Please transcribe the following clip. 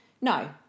No